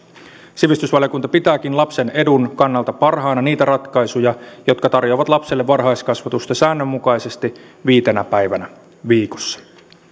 sivistysvaliokunta pitääkin lapsen edun kannalta parhaina niitä ratkaisuja jotka tarjoavat lapselle varhaiskasvatusta säännönmukaisesti viitenä päivänä viikossa